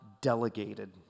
delegated